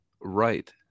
right